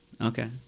Okay